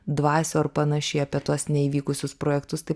dvasių ar panašiai apie tuos neįvykusius projektus taip